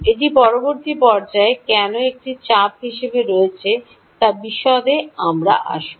এটি পরবর্তী পর্যায়ে কেন একটি চাপ হিসাবে রয়েছে তার বিশদে আমরা আসব